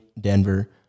Denver